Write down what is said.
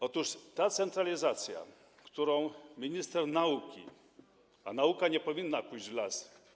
Otóż ta centralizacja, którą minister nauki, a nauka nie powinna pójść w las.